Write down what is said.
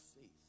faith